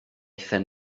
phen